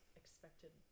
expected